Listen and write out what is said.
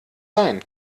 sein